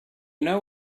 know